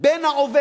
בשכר בין העובד